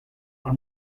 our